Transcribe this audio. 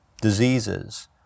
diseases